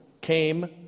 came